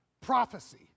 Prophecy